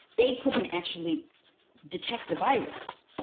they couldn't actually detect the virus.